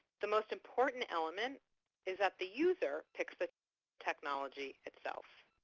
the most important element is that the user picks the technology itself.